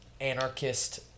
anarchist